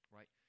Right